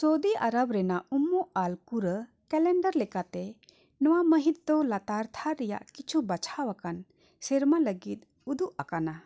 ᱥᱳᱫᱤ ᱟᱨᱚᱵᱽ ᱨᱮᱱᱟᱜ ᱩᱢᱩᱜ ᱟᱨ ᱠᱩᱨᱟᱹ ᱠᱮᱞᱮᱱᱰᱟᱨ ᱞᱮᱠᱟᱛᱮ ᱱᱚᱣᱟ ᱢᱟᱹᱦᱤᱛ ᱫᱚ ᱞᱟᱛᱟᱨ ᱛᱷᱟᱨ ᱨᱮᱭᱟᱜ ᱠᱤᱪᱷᱩ ᱵᱟᱪᱷᱟᱣ ᱟᱠᱟᱱ ᱥᱮᱨᱢᱟ ᱞᱟᱹᱜᱤᱫ ᱩᱫᱩᱜ ᱟᱠᱟᱱᱟ